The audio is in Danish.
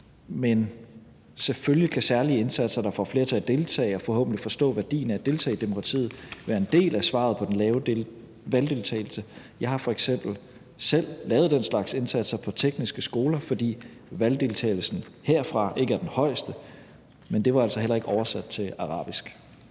Men selvfølgelig kan særlige indsatser, der får flere til at deltage og forhåbentlig forstå værdien af at deltage i demokratiet, være en del af svaret i forhold til den lave valgdeltagelse. Jeg har f.eks. selv lavet den slags indsatser på tekniske skoler, fordi valgdeltagelsen derfra ikke er den højeste – men det var altså heller ikke oversat til arabisk.